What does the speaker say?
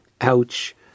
ouch